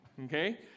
Okay